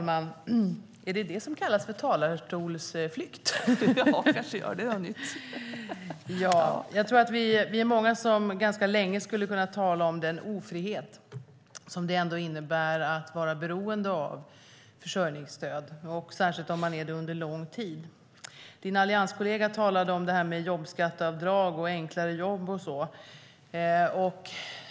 Herr talman! Vi är många som skulle kunna tala länge om den ofrihet som det innebär att vara beroende av försörjningsstöd, särskilt om man är det under lång tid. Din allianskollega talade om jobbskatteavdrag och det här med enklare jobb.